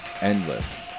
endless